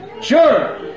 Sure